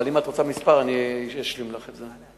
אבל אם את רוצה מספר, אני אשלים לך את זה.